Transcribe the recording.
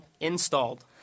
installed